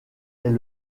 est